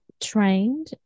trained